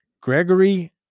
Gregory